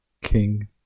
king